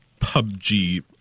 PUBG